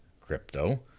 crypto